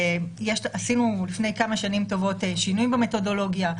עשינו לפני כמה שנים טובות שינויים במתודולוגיה,